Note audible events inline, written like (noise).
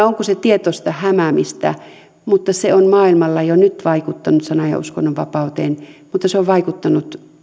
(unintelligible) onko se tietoista hämäämistä mutta se on maailmalla jo nyt vaikuttanut sanan ja uskonnonvapauteen se on vaikuttanut